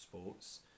sports